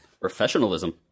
Professionalism